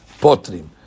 potrim